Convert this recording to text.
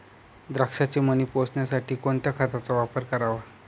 द्राक्षाचे मणी पोसण्यासाठी कोणत्या खताचा वापर करावा?